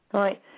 right